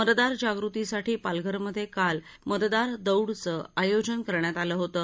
मतदार जागृतीसाठी पालघरमधे काल मतदार दौडचं आयोजन करण्यात आलं होतं